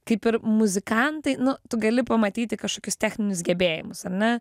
kaip ir muzikantai nu tu gali pamatyti kažkokius techninius gebėjimus ar ne